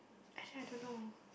actually I don't know